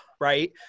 right